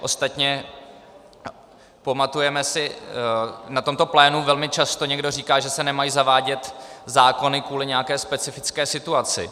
Ostatně pamatujeme si, na tomto plénu velmi často někdo říká, že se nemají zavádět zákony kvůli nějaké specifické situaci.